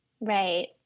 Right